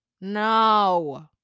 No